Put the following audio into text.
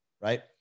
right